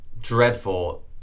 dreadful